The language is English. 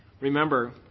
Remember